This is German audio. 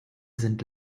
sind